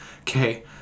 okay